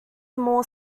small